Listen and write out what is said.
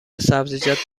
سبزیجات